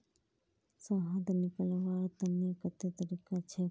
शहद निकलव्वार तने कत्ते तरीका छेक?